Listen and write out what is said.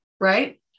right